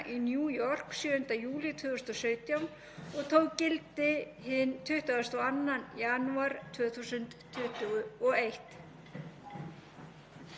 Við erum því að tala um samning sem þegar hefur tekið gildi